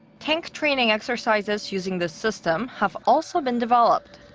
tank training exercises using this system have also been developed.